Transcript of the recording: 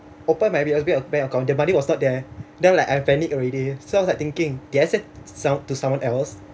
open my P_O_S_B bank account the money was not there then I was like I panicked already so I was like thinking did I send some to someone else